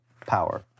power